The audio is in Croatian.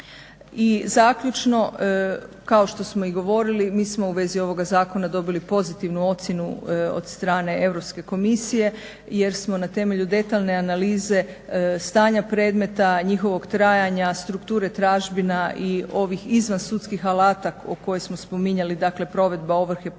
I zaključno kao što smo i govorili mi smo u vezi ovoga zakona dobili pozitivnu ocjenu od strane Europske komisije jer smo na temelju detaljne analize stanja predmeta, njihovog trajanja, strukture tražbina i ovih izvan sudskih alata koje smo spominjali dakle provedba ovrhe putem